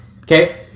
Okay